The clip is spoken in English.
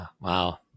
Wow